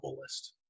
list